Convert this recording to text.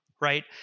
right